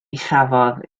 chafodd